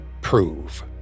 Prove